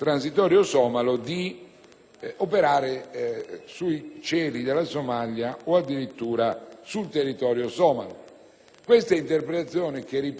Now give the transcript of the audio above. operare sui cieli della Somalia o addirittura sul territorio somalo. Questa interpretazione, che - ripeto - non si esclude,